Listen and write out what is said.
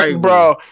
bro